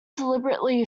deliberately